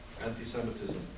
anti-Semitism